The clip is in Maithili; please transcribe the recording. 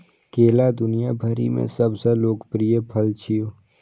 केला दुनिया भरि मे सबसं लोकप्रिय फल छियै